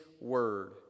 Word